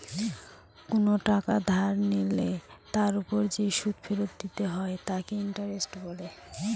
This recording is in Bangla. কোন টাকা ধার নিলে তার ওপর যে সুদ ফেরত দিতে হয় তাকে ইন্টারেস্ট বলে